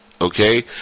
Okay